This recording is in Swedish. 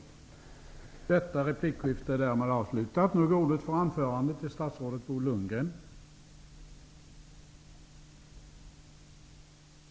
Men vi får se.